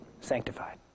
sanctified